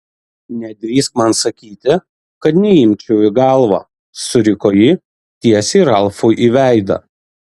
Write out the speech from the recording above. nedrįsk man sakyti kad neimčiau į galvą suriko ji tiesiai ralfui į veidą